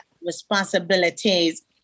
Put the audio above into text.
responsibilities